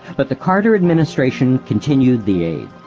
but the carter administration continued the aid.